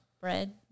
bread